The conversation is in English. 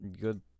Good